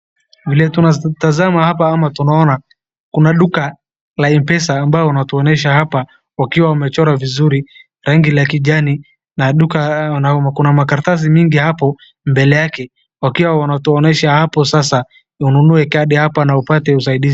Vile tunatazama hapa ama tunaona, kuna duka la mpesa ambalo wanatuonyesha hapa wakiwa wamechora vizuri rangi ya kijani na duka kuna makaratasi mingi hapo mbele yake wakiwa wanatuonyesha hapo sasa ununue kadi hapa na upate usaidizi.